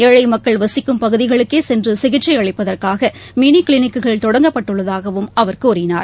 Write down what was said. ஏழை மக்கள் வசிக்கும் பகுதிகளுக்கே சிகிச்சை அளிப்பதற்காக மினி கிளினிக்குகள் சென்று தொடங்கப்பட்டுள்ளதாகவும் அவர் கூறினார்